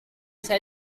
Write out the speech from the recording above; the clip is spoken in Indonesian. saya